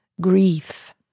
grief